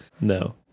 No